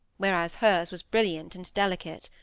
whereas hers was brilliant and delicate.